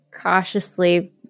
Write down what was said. cautiously